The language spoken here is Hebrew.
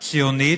ציונית.